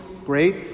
great